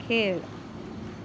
खेळ